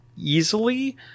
Easily